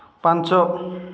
ପାଞ୍ଚ